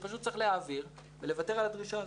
שפשוט צריך להעביר ולוותר על הדרישה הזאת.